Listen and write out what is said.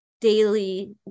daily